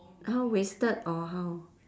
how wasted or how